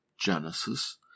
Genesis